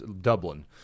Dublin